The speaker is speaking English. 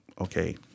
okay